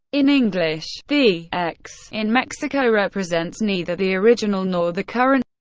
in english, the x in mexico represents neither the original nor the current